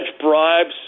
bribes